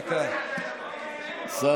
דקה, לא, אין שנייה.